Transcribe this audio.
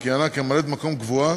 שכיהנה כממלאת-מקום קבועה,